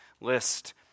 list